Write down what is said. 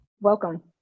Welcome